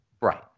Right